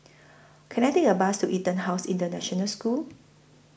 Can I Take A Bus to Etonhouse International School